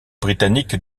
britannique